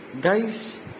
Guys